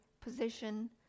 position